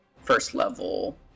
first-level